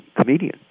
comedian